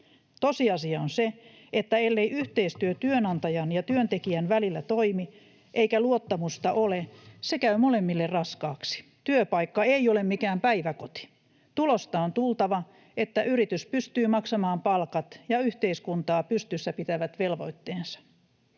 Tosiasia on se, että ellei yhteistyö työnantajan ja työntekijän välillä toimi eikä luottamusta ole, se käy molemmille raskaaksi. Työpaikka ei ole mikään päiväkoti. Tulosta on tultava, että yritys pystyy maksamaan palkat ja yhteiskuntaa pystyssä pitävät velvoitteensa.